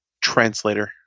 translator